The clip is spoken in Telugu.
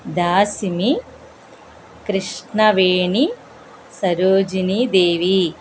దాసిని కృష్ణవేణి సరోజిని దేవి